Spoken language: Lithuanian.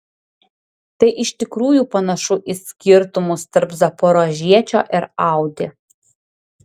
tai iš tikrųjų panašu į skirtumus tarp zaporožiečio ir audi